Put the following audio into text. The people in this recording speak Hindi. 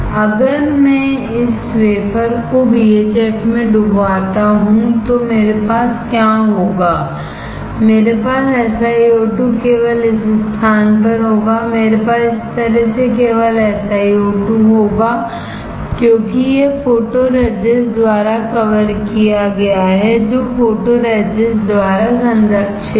अगर मैं इस वेफरको BHF में डुबाता हूँ तो मेरे पास क्या होगा मेरे पास SiO2 केवल इस स्थान पर होगा मेरे पास इस तरह से केवल SiO2 होगा क्योंकि यह फोटोरेसिस्ट द्वारा कवर किया गया है जो फोटोरेसिस्ट द्वारा संरक्षित है